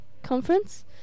conference